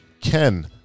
Ken